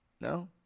No